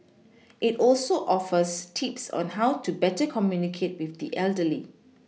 it also offers tips on how to better communicate with the elderly